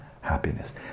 happiness